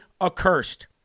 accursed